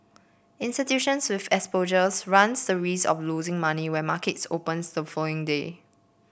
institutions with exposures run the risk of losing money when markets opens the following day